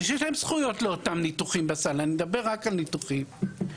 אני מדבר רק על ניתוחים.